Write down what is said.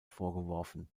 vorgeworfen